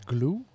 Glue